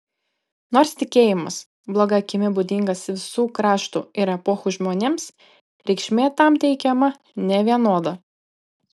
nors tikėjimas bloga akimi būdingas visų kraštų ir epochų žmonėms reikšmė tam teikiama nevienoda